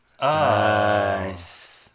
Nice